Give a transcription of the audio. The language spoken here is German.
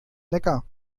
neckar